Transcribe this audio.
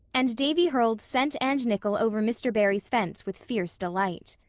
and davy hurled cent and nickel over mr. barry's fence with fierce delight.